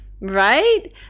right